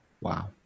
wow